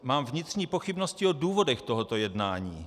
Mám vnitřní pochybnosti o důvodech tohoto jednání.